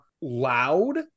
loud